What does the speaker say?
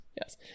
Yes